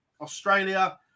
Australia